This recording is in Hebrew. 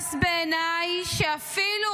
נתפס בעיניי שאפילו